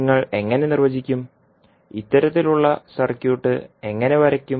നിങ്ങൾ എങ്ങനെ നിർവചിക്കും ഇത്തരത്തിലുള്ള സർക്യൂട്ട് എങ്ങനെ വരയ്ക്കും